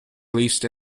released